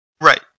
right